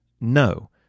No